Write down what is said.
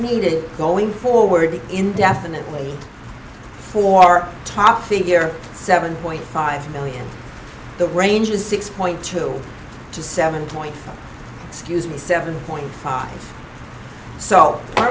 needed going forward indefinitely for our top figure seven point five million the range is six point two to seven point scuse me seven point five so